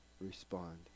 respond